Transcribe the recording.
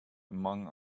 among